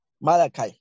Malachi